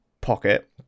pocket